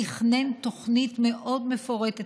תכנן תוכנית מאוד מפורטת,